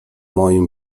moim